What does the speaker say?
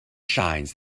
shines